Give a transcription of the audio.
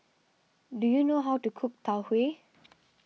do you know how to cook Tau Huay